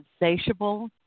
Insatiable